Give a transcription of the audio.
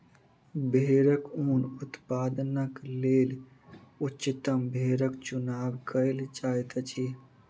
भेड़क ऊन उत्पादनक लेल उच्चतम भेड़क चुनाव कयल जाइत अछि